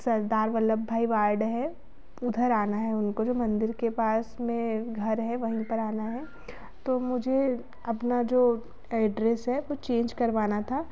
सरदार Ballabh Bhai ward है उधर आना है उनको जो मंदिर के पास में घर है वहीं पर आना है तो मुझे अपना जो एड्रेस है वह चेंज करवाना था